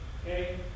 Okay